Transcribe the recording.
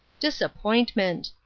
disappointment!